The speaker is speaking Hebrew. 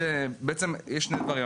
בעצם יש שני דברים,